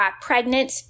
pregnant